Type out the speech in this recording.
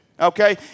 okay